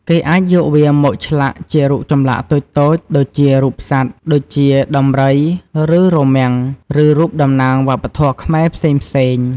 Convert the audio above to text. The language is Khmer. គេអាចយកវាមកឆ្លាក់ជារូបចម្លាក់តូចៗដូចជារូបសត្វ ដូចជាដំរី ឬរមាំង ឬរូបតំណាងវប្បធម៌ខ្មែរផ្សេងៗ។